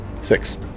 Six